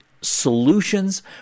solutions